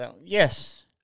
Yes